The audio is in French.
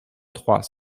trois